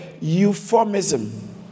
euphemism